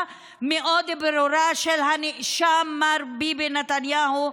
מאוד ברורה של הנאשם מר ביבי נתניהו,